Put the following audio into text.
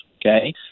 okay